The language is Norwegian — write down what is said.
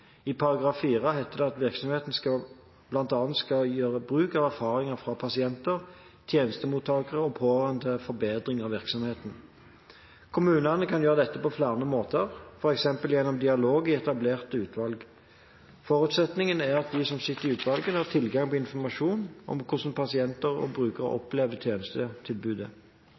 I kommentarene til § 4 heter det at virksomhetene bl.a. skal gjøre bruk av erfaringer fra pasienter, tjenestemottakere og pårørende til forbedring av virksomheten. Kommunene kan gjøre dette på flere måter, f.eks. gjennom dialog i etablerte utvalg. Forutsetningen er at de som sitter i utvalgene, har tilgang på informasjon om hvordan pasienter og brukere opplever tjenestetilbudet.